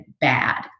bad